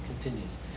continues